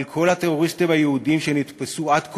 אבל כל הטרוריסטים היהודים שנתפסו עד כה,